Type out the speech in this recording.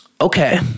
okay